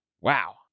Wow